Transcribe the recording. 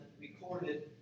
recorded